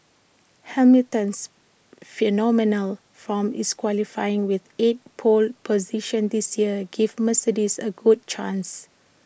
Hamilton's phenomenal form is qualifying with eight pole positions this year gives Mercedes A good chance